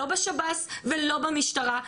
לא בשב"ס ולא במשטרה,